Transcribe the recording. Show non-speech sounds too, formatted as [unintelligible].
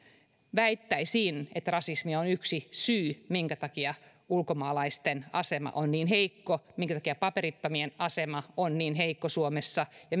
väittäisin että rasismi on yksi syy minkä takia ulkomaalaisten asema on niin heikko minkä takia paperittomien asema on niin heikko suomessa ja [unintelligible]